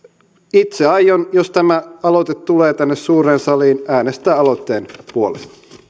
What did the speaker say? itse aion jos tämä aloite tulee tänne suureen saliin äänestää aloitteen puolesta